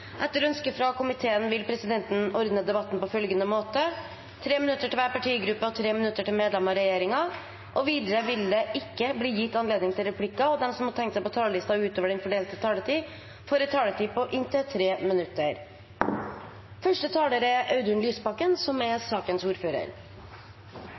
Etter ønske fra arbeids- og sosialkomiteen vil presidenten ordne debatten slik: 3 minutter til hver partigruppe og 3 minutter til medlemmer av regjeringen. Videre vil det ikke bli gitt anledning til replikker, og de som måtte tegne seg på talerlisten utover den fordelte taletid, får også en taletid på inntil 3 minutter.